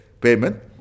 payment